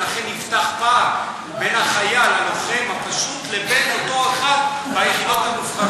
ולכן נפתח פער בין החייל הלוחם הפשוט לבין אותו אחד ביחידות המובחרות.